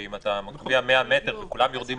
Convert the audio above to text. שאם אתה מגביל ל-100 מטר וכולם יורדים